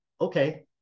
Okay